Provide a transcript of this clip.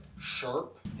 sharp